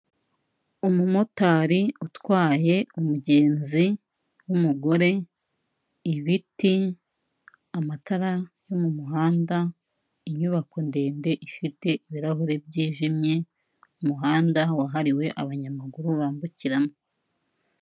Umumotari utwaye umugenzi w'umugore, ibiti, amatara yo mumuhanda, inyubako ndende ifite ibirahuri byijimye, umuhanda wahariwe abanyamaguru bambukiramo.